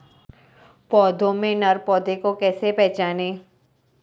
पौधों में नर पौधे को कैसे पहचानें?